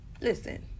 Listen